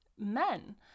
men